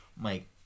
Mike